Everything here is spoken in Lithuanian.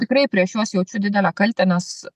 tikrai prieš juos jaučiu didelę kaltę nes